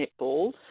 netball